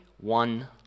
one